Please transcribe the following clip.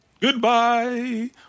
Goodbye